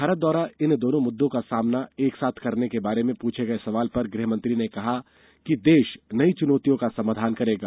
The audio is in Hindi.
भारत द्वारा इन दोनों मुद्दों का सामना एक साथ करने के बारे में पूछे गए सवाल पर गृहमंत्री ने कहा कि देश इन चुनौतियों का समाधान करेगा